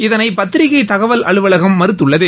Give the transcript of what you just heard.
இதனை பத்திரிக்கை தகவல் அலுவகம் மறுத்து உள்ளது